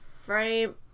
frame